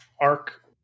Arc